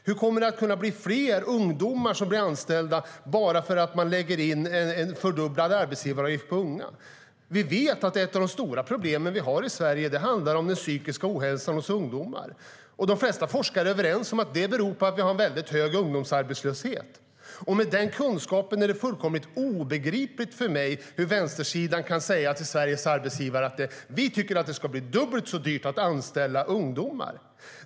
Hur kommer det att kunna bli fler ungdomar som blir anställda om man lägger in en fördubblad arbetsgivaravgift på unga? Vi vet att ett av de stora problemen vi har i Sverige handlar om den psykiska ohälsan hos ungdomar, och de flesta forskare är överens om att det beror på att vi har en hög ungdomsarbetslöshet. Med den kunskapen är det fullkomligt obegripligt för mig hur vänstersidan kan säga till Sveriges arbetsgivare: Vi tycker att det ska bli dubbelt så dyrt att anställa ungdomar.